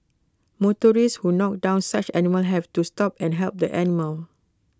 motorists who knocked down such animals have to stop and help the animal